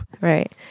Right